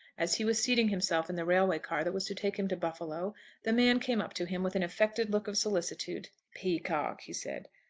as he was seating himself in the railway car that was to take him to buffalo the man came up to him with an affected look of solicitude. peacocke, he said,